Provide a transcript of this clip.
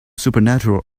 supernatural